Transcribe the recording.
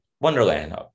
Wonderland